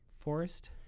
forest